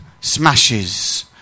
smashes